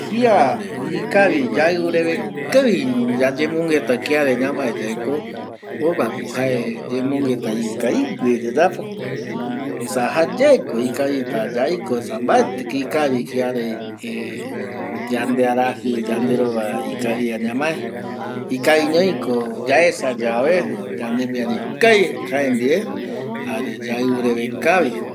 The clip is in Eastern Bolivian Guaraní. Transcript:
Kia ikavi yaiu reve kavi yayemongueta kiare ñamae ye ko jokua ko jae yemongueta ikavi güe yayapo esa jayae ko ikavita yaiko esa mbaeti ko iva kiandie yandearaji, ikaviñoiko yaesa jare yaiureve kavi